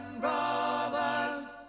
brothers